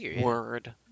word